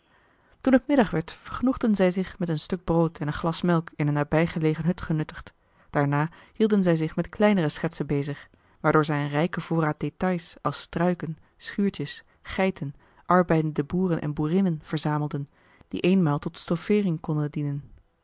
toen het middag werd vergenoegden zij zich met een stuk brood en een glas melk in een nabijgelegen hut genuttigd daarna hielden zij zich met kleinere schetsen bezig waardoor zij een rijken voorraad détails als struiken schuurtjes geiten arbeidende boeren en boerinnen verzamelden die eenmaal tot stoffeering konden dienen